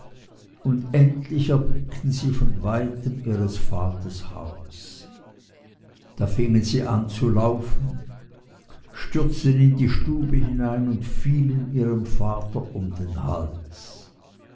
und endlich erblickten sie von weitem ihres vaters haus da fingen sie an zu laufen stürzten in die stube hinein und fielen ihrem vater um den hals